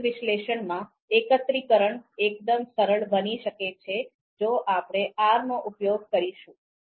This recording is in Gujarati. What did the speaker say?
વિવિધ વિશ્લેષણમાં એકત્રીકરણ એકદમ સરળ બની શકે છે જો આપણે R નો ઉપયોગ કરીશું